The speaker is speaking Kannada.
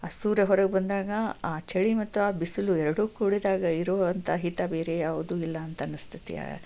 ಆ ಸೂರ್ಯ ಹೊರಗೆ ಬಂದಾಗ ಆ ಚಳಿ ಮತ್ತು ಆ ಬಿಸಿಲು ಎರಡೂ ಕೂಡಿದಾಗ ಇರುವಂತಹ ಹಿತ ಬೇರೆ ಯಾವುದೂ ಇಲ್ಲ ಅಂತ ಅನಿಸ್ತೈತಿ